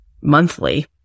monthly